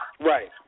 Right